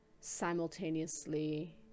simultaneously